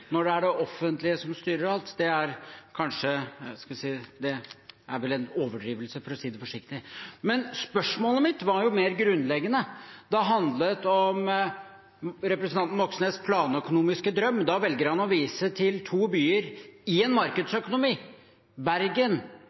vel en overdrivelse, for å si det forsiktig. Spørsmålet mitt var mer grunnleggende. Det handlet om representanten Moxnes’ planøkonomiske drøm. Da velger han å vise til to byer i en markedsøkonomi, Bergen